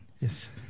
Yes